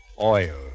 Oil